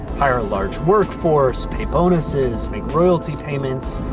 hire a large workforce, pay bonuses, make royalty payments.